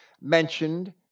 mentioned